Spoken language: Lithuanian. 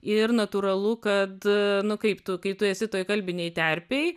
ir natūralu kad nu kaip tu kai tu esi toj kalbinėj terpėj